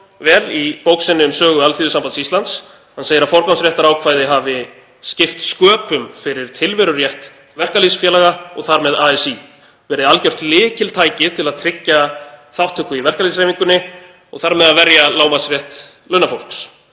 vel í bók sinni um sögu Alþýðusambands Íslands. Hann segir að forgangsréttarákvæði hafi skipt sköpum fyrir tilverurétt verkalýðsfélaga og þar með ASÍ, verið algjört lykiltæki til að tryggja þátttöku í verkalýðshreyfingunni og þar með að verja lágmarksrétt launafólks,